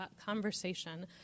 conversation